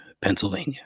Pennsylvania